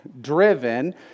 Driven